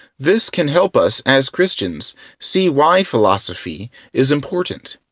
this can help us as christians see why philosophy is important.